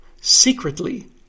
Secretly